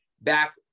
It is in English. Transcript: back